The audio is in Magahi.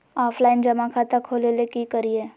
ऑफलाइन जमा खाता खोले ले की करिए?